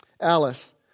Alice